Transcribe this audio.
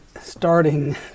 starting